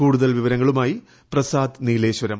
കൂടുതൽ വിവരങ്ങളുമായി പ്രസാദ് നീലേശ്വരം